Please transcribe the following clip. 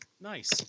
Nice